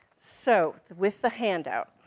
so, with the handout.